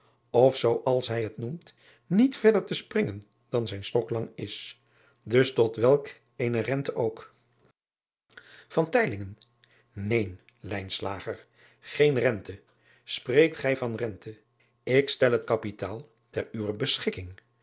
of zoo als hij het noemt niet verder te springen dan zijn stok lang is us tot welk eene rente ook een geen rente spreekt gij van rente ik stel het kapitaal ter uwer beschikking